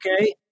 okay